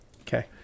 Okay